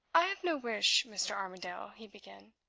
i have no wish, mr. armadale, he began,